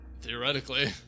Theoretically